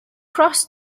cross